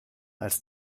als